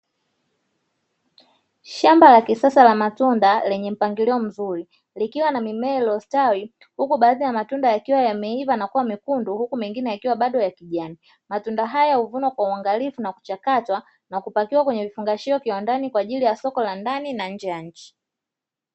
Shamba la kisasa la matunda lenye mpangilio mzuri, likiwa na mimea iliyostawi, huku baadhi ya matunda yakiwa yameiva na kuwa mekundu huku mengine yakiwa bado ya kijani, matunda hayo huvunwa kwa uangalifu na kuchakatwa na kupakiwa kwenye vifungashio kiwandani, kwa ajili ya soko la ndani na nje ya nchi.